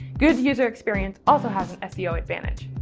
good user experience also has an seo advantage.